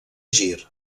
gir